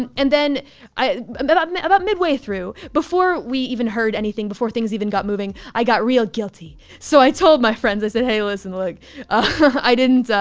and and then but um about midway through before we even heard anything, before things even got moving, i got real guilty. so i told my friends. i said, hey, listen like i didn't,